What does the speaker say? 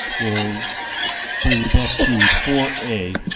will bring you back to four a.